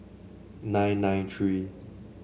nine nine three